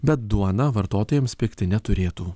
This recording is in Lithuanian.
bet duona vartotojams pigti neturėtų